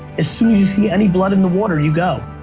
as soon as you see any blood in the water, you go.